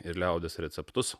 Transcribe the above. ir liaudies receptus